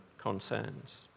concerns